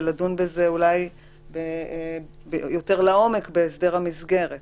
ולדון בזה יותר לעומק בהסדר המסגרת.